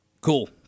Cool